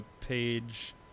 page